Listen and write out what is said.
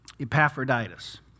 Epaphroditus